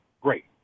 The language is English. Great